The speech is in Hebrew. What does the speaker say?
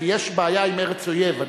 כי יש בעיה עם ארץ אויב.